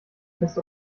fest